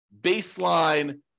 baseline